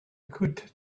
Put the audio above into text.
could